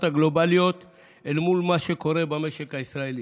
הגלובליות אל מול מה שקורה במשק הישראלי.